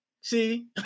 See